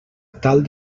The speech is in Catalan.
tal